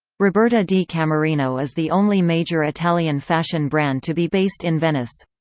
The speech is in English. roberta di camerino is the only major italian fashion brand to be based in venice.